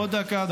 עוד דקה.